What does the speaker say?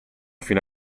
fino